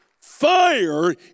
Fire